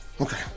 Okay